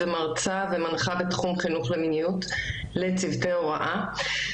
מרצה ומנחה בתחום חינוך ומיניות לצוותי ההוראה.